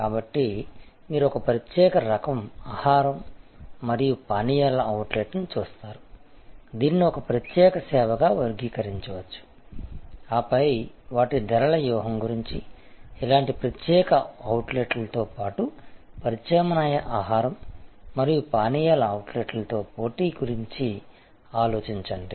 కాబట్టి మీరు ఒక ప్రత్యేక రకం ఆహార మరియు పానీయాల అవుట్లెట్ని చూస్తారు దీనిని ప్రత్యేక సేవగా వర్గీకరించవచ్చు ఆపై వాటి ధరల వ్యూహం గురించి ఇలాంటి ప్రత్యేక అవుట్లెట్లతో పాటు ప్రత్యామ్నాయ ఆహారం మరియు పానీయాల అవుట్లెట్లతో పోటీ గురించి ఆలోచించండి